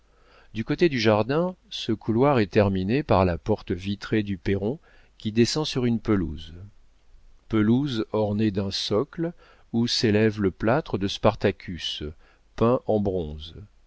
du côté du jardin ce couloir est terminé par la porte vitrée du perron qui descend sur une pelouse pelouse ornée d'un socle où s'élève le plâtre de spartacus peint en bronze